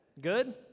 Good